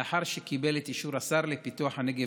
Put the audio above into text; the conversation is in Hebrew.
לאחר שקיבל את אישור השר לפיתוח הנגב